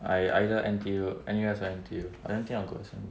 I either N_T_U N_U_S or N_T_U I don't I will go S_M_U